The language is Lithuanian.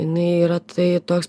jinai yra tai toks